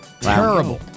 Terrible